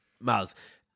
Miles